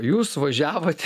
jūs važiavote